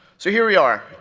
so here we are,